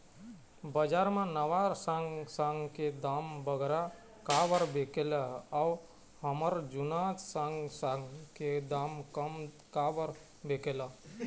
बजार मा नावा साग साग के दाम बगरा काबर बिकेल अऊ हमर जूना साग साग के दाम कम काबर बिकेल?